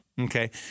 Okay